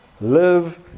Live